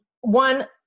One